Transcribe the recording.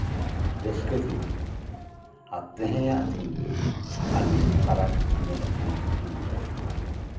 ᱨᱟᱹᱥᱠᱟᱹ ᱫᱤᱱ ᱟᱨ ᱛᱮᱦᱮᱧᱟᱜ ᱫᱤᱱ ᱟᱹᱰᱤ ᱯᱷᱟᱨᱟᱠ ᱧᱮᱞᱚᱜ ᱠᱟᱱᱟ ᱠᱤᱱᱛᱩ